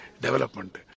development